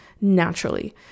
naturally